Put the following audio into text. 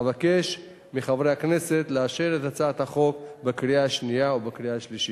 אבקש מחברי הכנסת לאשר את הצעת החוק בקריאה השנייה ובקריאה השלישית.